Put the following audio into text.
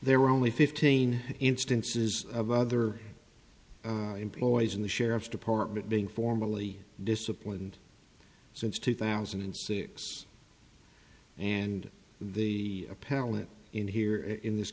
there were only fifteen instances of other employees in the sheriff's department being formally disciplined since two thousand and six and the parallel in here in this